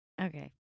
Okay